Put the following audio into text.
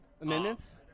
Amendments